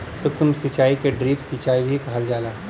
सूक्ष्म सिचाई के ड्रिप सिचाई भी कहल जाला